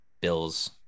bills